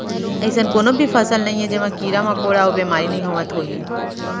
अइसन कोनों भी फसल नइये जेमा कीरा मकोड़ा अउ बेमारी नइ होवत होही